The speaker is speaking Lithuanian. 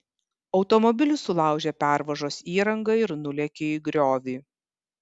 automobilis sulaužė pervažos įrangą ir nulėkė į griovį